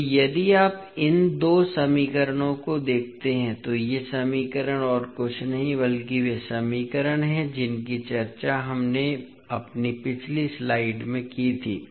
इसलिए यदि आप इन दो समीकरणों को देखते हैं तो ये समीकरण और कुछ नहीं बल्कि वे समीकरण हैं जिनकी चर्चा हमने अपनी पिछली स्लाइड में की थी